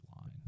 line